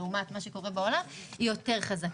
לעומת מה שקורה בעולם היא יותר חזקה.